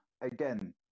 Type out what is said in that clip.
again